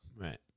Right